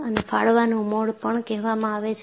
અને ફાડવાનું મોડ પણ કહેવામાં આવે છે